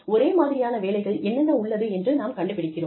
ஒரே மாதிரியான வேலைகள் என்னென்ன உள்ளது என்று நாம் கண்டுபிடிக்கிறோம்